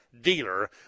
dealer